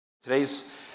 Today's